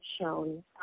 shown